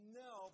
no